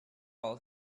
all